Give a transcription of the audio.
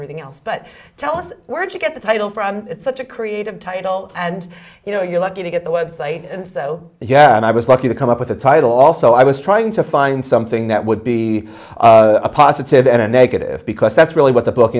everything else but tell us where to get the title from such a creative title and you know you're lucky to get the website though yeah and i was lucky to come up with a title also i was trying to find something that would be a positive and negative because that's really what the book